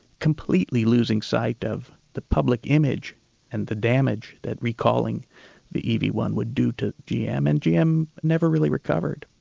completely losing sight of the public image and the damage that recalling the ev one would do to g. m, and g. m. never really recovered.